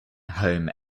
home